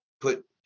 put